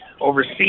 overseas